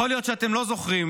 יכול להיות שאתם לא זוכרים,